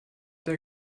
der